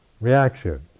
reaction